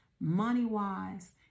money-wise